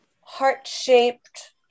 heart-shaped